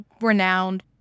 renowned